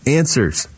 answers